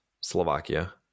Slovakia